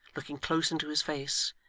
looking close into his face,